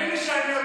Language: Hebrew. תאמין לי שאני יודע.